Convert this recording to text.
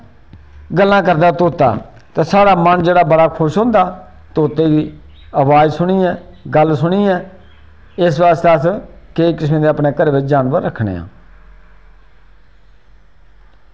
गल्लां करदा तोता ते साढ़ा मन जेह्ड़ा बड़ा खुश होंदा तोते दी आवाज़ सुनियै गल्ल सुनियै इस आस्तै अस केईं किस्म दे जानवर अस घर रक्खने आं